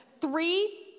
three